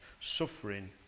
Suffering